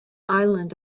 island